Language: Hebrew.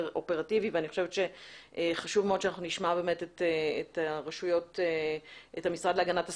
אופרטיבי ואני חושבת שחשוב מאוד שנשמע את המשרד להגנת הסביבה.